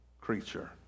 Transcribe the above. creature